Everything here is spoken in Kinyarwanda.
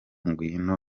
ngwino